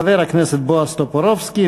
חבר הכנסת בועז טופורובסקי,